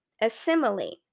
Assimilate